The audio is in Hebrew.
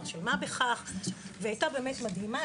של מה בכך והיא הייתה באמת מדהימה,